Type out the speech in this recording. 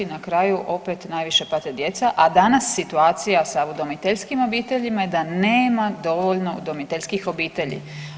Na kraju opet najviše pate djeca, a danas situacija sa udomiteljskim obiteljima je da nema dovoljno udomiteljskih obitelji.